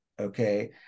okay